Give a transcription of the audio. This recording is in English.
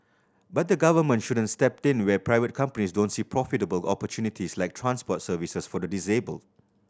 but the Government shouldn't step in where private companies don't see profitable opportunities like transport services for the disabled